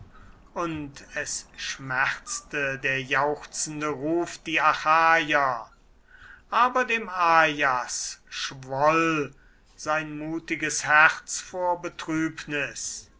und es schmerzte der jauchzende ruf die achaier aber dem ajas schwoll sein mutiges herz vor betrübnis